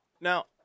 Now